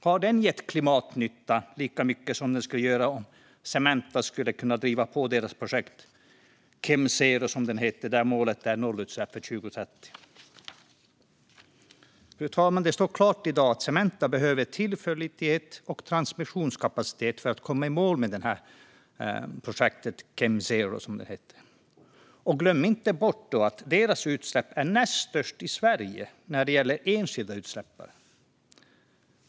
Har den gett lika mycket klimatnytta som det skulle göra om Cementa skulle kunna driva på sitt projekt Cemzero, som det heter, där målet är nollutsläpp 2030? Fru talman! Det står klart i dag att Cementa behöver tillförlitlighet och transmissionskapacitet för att komma i mål med projektet Cemzero. Glöm inte bort att deras utsläpp är näst störst i Sverige när det gäller enskilda utsläppare!